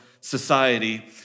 society